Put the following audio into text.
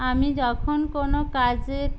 আমি যখন কোনো কাজে